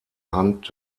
hand